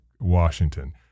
Washington